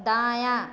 दायाँ